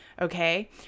okay